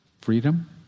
freedom